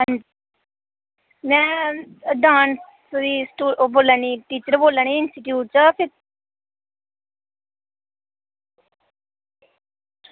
में डांस दी सू ओह् टीचर बोला नी इंस्टीट्यूट चा ते